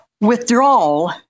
Withdrawal